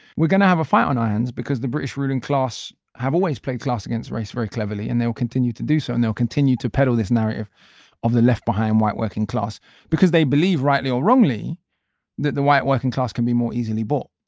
we're going to have a fight on our hands because the british ruling class have always played class against race very cleverly and they will continue to do so and they'll continue to peddle this narrative of the left behind white working class because they believe rightly or wrongly that the white working class can be more easily bought.